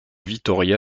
vitória